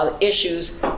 Issues